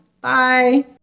Bye